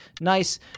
nice